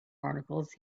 articles